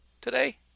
today